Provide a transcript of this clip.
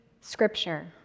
scripture